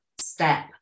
step